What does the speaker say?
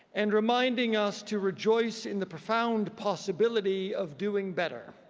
and reminding us to rejoice in the profound possibility of doing better.